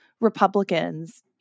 Republicans